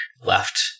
left